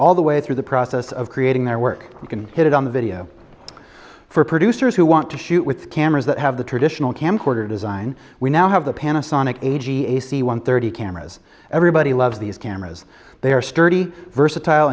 all the way through the process of creating their work you can hit it on the video for producers who want to shoot with cameras that have the traditional camcorder design we now have the panasonic a g a c one thirty cameras everybody loves these cameras they are sturdy versatile